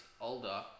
older